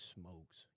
smokes